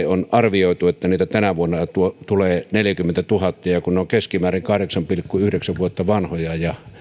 on arvioitu että niitä tänä vuonna tulee neljäkymmentätuhatta ja ja kun ne ovat keskimäärin kahdeksan pilkku yhdeksän vuotta vanhoja ja